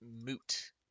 moot